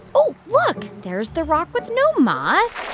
oh, look. there's the rock with no moss.